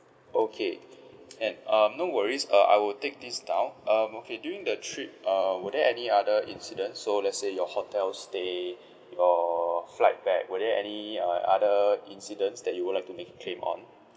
okay and um no worries uh I would take this down um okay during the trip uh were there any other incident so let's say your hotel stay your flight back were there any uh other incidents that you would like to make a claim on